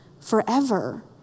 forever